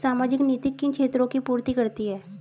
सामाजिक नीति किन क्षेत्रों की पूर्ति करती है?